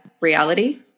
reality